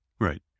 Right